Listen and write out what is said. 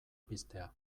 piztea